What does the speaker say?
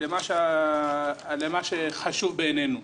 למה שחשוב בעינינו.